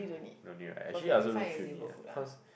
no need what actually I also don't feel the need ah cause